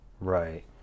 right